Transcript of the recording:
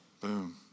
boom